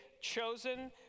chosen